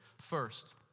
First